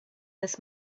this